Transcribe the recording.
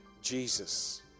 Jesus